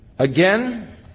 Again